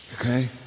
Okay